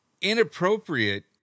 inappropriate